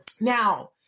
Now